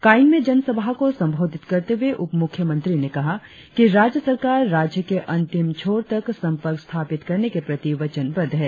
कायिंग में जन सभा को संबोधित करते हुए उप मुख्यमंत्री ने कहा कि राज्य सरकार राज्य के अंतिम छोड़ तक संपर्क स्थापित करने के प्रति वचनबद्ध है